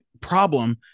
problem